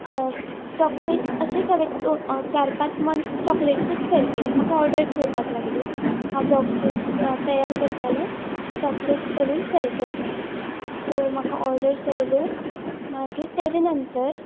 chocolates अशेंच हांवें चार पांच मंथ्स चॉकलेट्स सेल केले म्हाका ऑर्डर्स येवपाक लागल्यो हांव बॉक्सीस तयार करताले चॉकलेट्स करून सॅल करताले सो म्हाका ऑर्डर्स आयल्यो मागीर तेजे नंतर